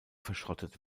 verschrottet